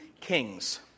Kings